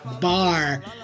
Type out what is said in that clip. bar